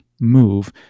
move